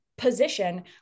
position